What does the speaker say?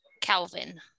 Calvin